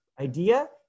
idea